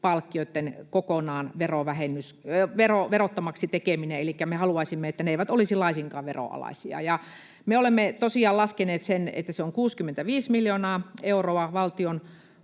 tekeminen kokonaan verottomaksi, elikkä me haluaisimme, että ne eivät olisi laisinkaan veronalaisia. Me olemme tosiaan laskeneet sen, että se on 65 miljoonaa euroa valtion